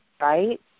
right